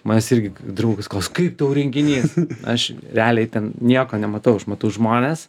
manęs irgi draugas klausia kaip tau renginys aš realiai ten nieko nematau aš matau žmones